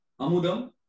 Amudam